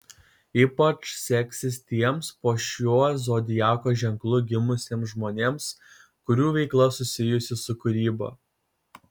ypač seksis tiems po šiuo zodiako ženklu gimusiems žmonėms kurių veikla susijusi su kūryba